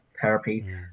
therapy